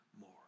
more